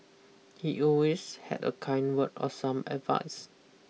he always had a kind word or some advice